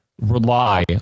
rely